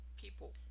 people